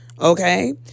Okay